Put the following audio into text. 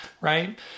right